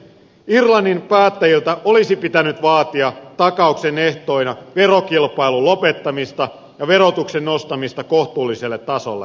irlannin päättäjiltä olisi pitänyt vaatia takauksen ehtoina verokilpailun lopettamista ja verotuksen nostamista kohtuulliselle tasolle